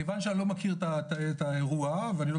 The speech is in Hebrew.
כיוון שאני לא מכיר את האירוע ואני לא